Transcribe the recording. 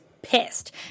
pissed